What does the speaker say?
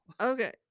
Okay